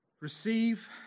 Receive